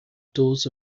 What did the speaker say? doors